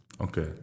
Okay